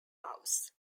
house